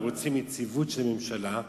ורוצים יציבות של הממשלה,